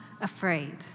afraid